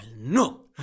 No